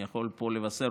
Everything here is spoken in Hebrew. אני יכול פה לבשר,